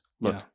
Look